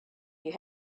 you